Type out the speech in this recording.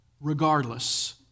regardless